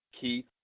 Keith